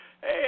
Hey